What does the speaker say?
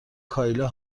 کایلا